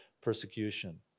persecution